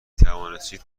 توانستید